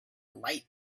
light